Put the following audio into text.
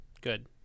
good